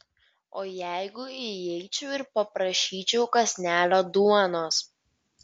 o jeigu įeičiau ir paprašyčiau kąsnelio duonos